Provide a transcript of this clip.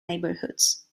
neighborhoods